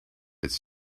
its